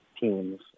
teams